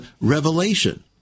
Revelation